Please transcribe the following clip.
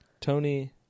Tony